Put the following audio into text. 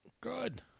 Good